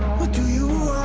do you